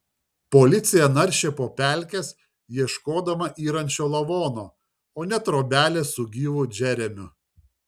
policija naršė po pelkes ieškodama yrančio lavono o ne trobelės su gyvu džeremiu